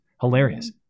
Hilarious